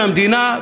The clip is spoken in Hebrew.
במימון המדינה,